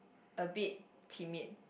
a bit timid